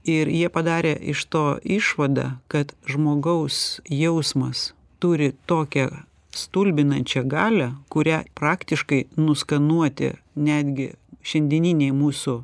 ir jie padarė iš to išvadą kad žmogaus jausmas turi tokią stulbinančią galią kurią praktiškai nuskanuoti netgi šiandieniniai mūsų